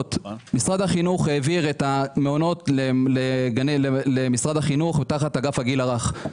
המטפלות משרד החינוך העביר את המעונות למשרד החינוך תחת אגף הגיל הרך.